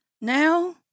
Now